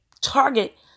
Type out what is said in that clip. target